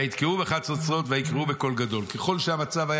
ויתקעו בחצוצרות ויקראו בקול גדול" ככל שהמצב היה